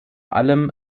allem